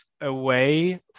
away